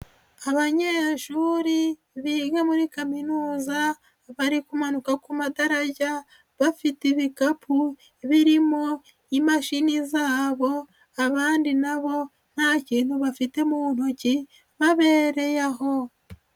Abanyeshuri biga muri kaminuza bari kumanuka ku madarajya bafite ibikapu birimo imashini zabo abandi na bo nta kintu bafite mu ntoki babereye aho.